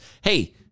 Hey